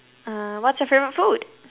uh what's your favorite food